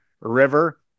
River